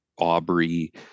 Aubrey